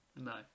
no